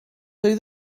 oedd